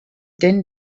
din